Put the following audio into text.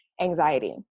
anxiety